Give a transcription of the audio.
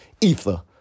ether